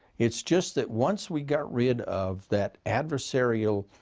it's just that, once we got rid of that adversarial,